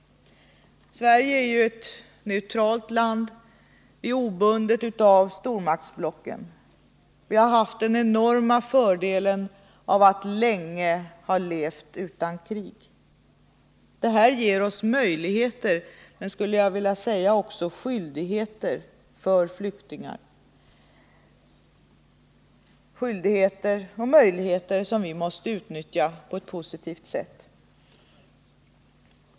Sverige är ett neutralt land, obundet av stormaktsblocken. Vi har haft den enorma fördelen av att länge få leva utan krig. Detta ger oss möjligheter, men också skyldigheter, när det gäller flyktingar — möjligheter och skyldigheter som vi måste utnyttja på ett positivt sätt.